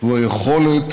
הוא היכולת